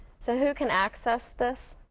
so who can access this,